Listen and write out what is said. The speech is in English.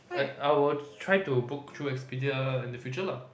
I I will try to book through Expedia in the future lah